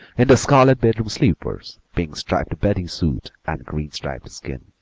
in the scarlet bedroom slippers, pink striped bathing-suit and green striped skin.